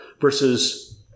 versus